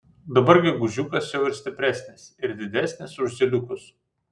dabar gegužiukas jau ir stipresnis ir didesnis už zyliukus